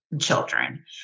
children